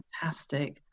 fantastic